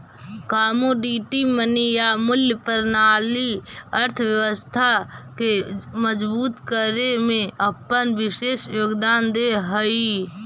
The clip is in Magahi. कमोडिटी मनी या मूल्य प्रणाली अर्थव्यवस्था के मजबूत करे में अपन विशेष योगदान दे हई